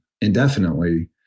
indefinitely